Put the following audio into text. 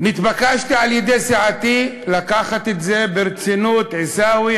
נתבקשתי על-ידי סיעתי לקחת את זה ברצינות: עיסאווי,